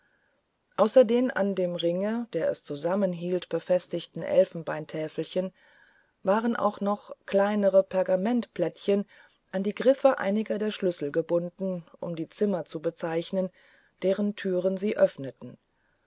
dem an dem ringe der es zusammenhielt befestigten elfenbeintäfelchen waren auch noch kleinere pergamentblättchen an die griffe einiger der schlüssel gebunden um die zimmer zu bezeichnen deren türen sie öffneten